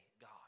God